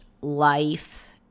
life